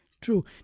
True